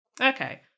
Okay